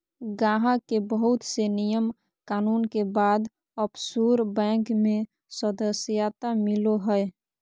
गाहक के बहुत से नियम कानून के बाद ओफशोर बैंक मे सदस्यता मिलो हय